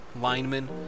linemen